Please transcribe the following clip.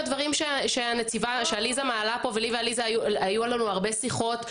לי ולעליזה היו הרבה שיחות.